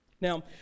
Now